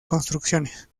construcciones